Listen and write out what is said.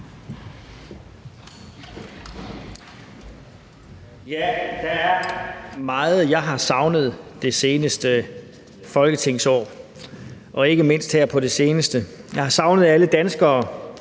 Der er meget, jeg har savnet det seneste folketingsår – og ikke mindst her på det seneste. Jeg har savnet, at alle danskere